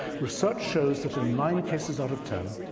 research shows that in nine cases out of ten,